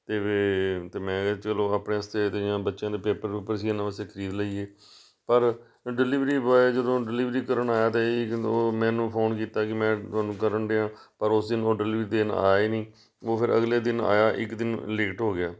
ਅਤੇ ਅਤੇ ਮੈਂ ਕਿਹਾ ਚਲੋ ਆਪਣੇ ਵਾਸਤੇ ਅਤੇ ਜਾਂ ਬੱਚਿਆਂ ਦੇ ਪੇਪਰ ਪੁਪਰ ਸੀ ਇਹਨਾਂ ਵਾਸਤੇ ਖਰੀਦ ਲਈਏ ਪਰ ਡਿਲੀਵਰੀ ਬੋਆਏ ਜਦੋਂ ਡਿਲੀਵਰੀ ਕਰਨ ਆਇਆ ਤਾਂ ਉਹ ਮੈਨੂੰ ਫੋਨ ਕੀਤਾ ਕਿ ਮੈਂ ਤੁਹਾਨੂੰ ਕਰਨ ਡਿਆ ਪਰ ਉਸ ਦਿਨ ਉਹ ਡਿਲੀਵਰੀ ਦੇਣ ਆਇਆ ਹੀ ਨਹੀਂ ਅਤੇ ਉਹ ਫਿਰ ਅਗਲੇ ਦਿਨ ਆਇਆ ਇੱਕ ਦਿਨ ਲੇਟ ਹੋ ਗਿਆ